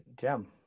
gem